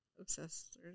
obsessed